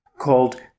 called